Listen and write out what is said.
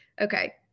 okay